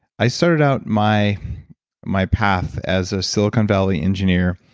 i started out my my path as a silicon valley engineer,